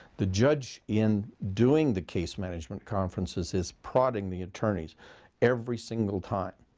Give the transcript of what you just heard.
the judge, in doing the case management conferences, is prodding the attorneys every single time.